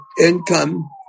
income